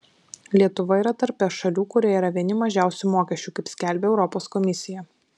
lietuva yra tarp es šalių kurioje yra vieni mažiausių mokesčių kaip skelbia europos komisija